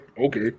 Okay